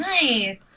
Nice